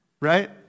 Right